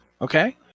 Okay